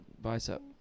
bicep